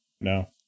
No